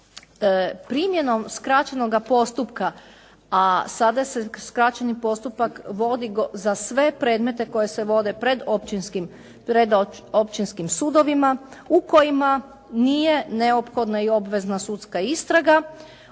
Primjenom skraćenoga postupka, a sada se skraćeni postupak vodi za sve predmete koji se vode pred općinskim sudovima u kojima nije neophodna i obvezna sudska istraga,